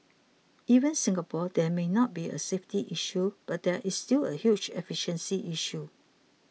even Singapore there may not be a safety issue but there is still a huge efficiency issue